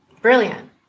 Brilliant